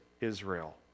Israel